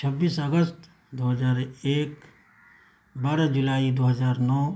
چھبیس اگست دو ہزار ایک بارہ جولائی دو ہزار نو